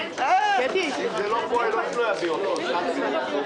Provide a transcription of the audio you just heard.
נפשי וכשאנחנו יודעים לאיפה הולך הכסף.